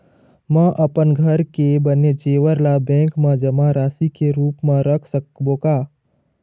म अपन घर के बने जेवर ला बैंक म जमा राशि के रूप म रख सकबो का?